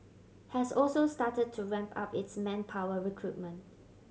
has also start to ramp up its manpower recruitment